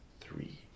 three